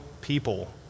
people